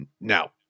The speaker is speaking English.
Now